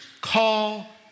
Call